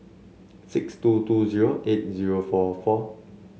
six two two zero eight zero four four